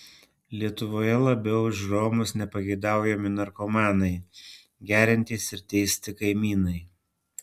lietuvoje labiau už romus nepageidaujami narkomanai geriantys ir teisti kaimynai